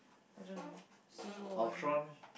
I dunno civil-war I didn't watch